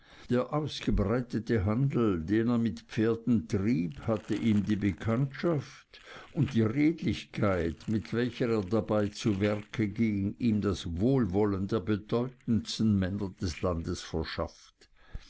der ausgebreitete handel den er mit pferden trieb hatte ihm die bekanntschaft und die redlichkeit mit welcher er dabei zu werke ging ihm das wohlwollen der bedeutendsten männer des landes verschafft